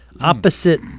Opposite